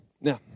Now